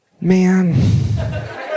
man